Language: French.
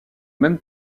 même